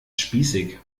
spießig